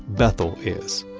bethel is,